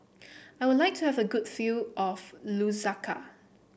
I would like to have a good view of Lusaka